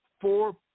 four